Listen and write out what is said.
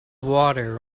water